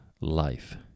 life